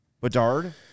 Bedard